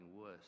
worse